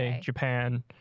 Japan